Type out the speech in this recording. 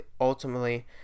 ultimately